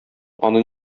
аны